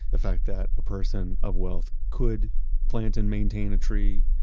the fact that a person of wealth could plant and maintain a tree,